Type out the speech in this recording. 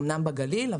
אומנם בגליל,